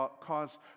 cause